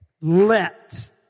let